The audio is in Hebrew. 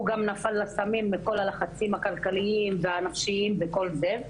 הוא גם נפל לסמים מכל הלחצים הכלכליים והנפשיים וכל זה.